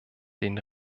den